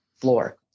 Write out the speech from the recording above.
floor